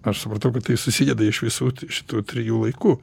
aš supratau kad tai susideda iš visų šitų trijų laikų